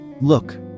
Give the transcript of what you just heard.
Look